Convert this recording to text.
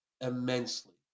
immensely